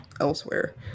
elsewhere